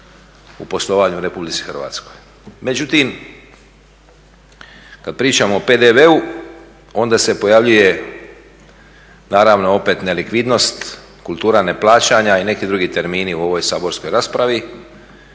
u poslovanju u RH. Međutim, kad pričamo o PDV-u onda se pojavljuje naravno opet nelikvidnost, kultura neplaćanja i neki drugi termini u ovoj saborskoj raspravi.